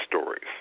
stories